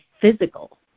physical